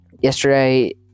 Yesterday